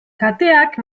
kateak